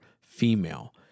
female